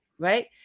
Right